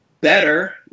better